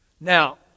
Now